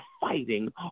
fighting